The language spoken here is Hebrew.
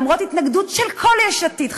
למרות התנגדות של כל יש עתיד,